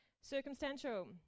Circumstantial